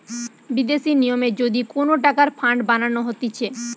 বিদেশি নিয়মে যদি কোন টাকার ফান্ড বানানো হতিছে